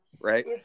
Right